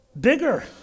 bigger